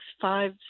five